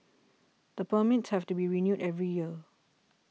the permits have to be renewed every year